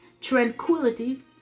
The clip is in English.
tranquility